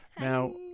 Now